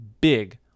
big